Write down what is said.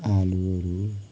आलुहरू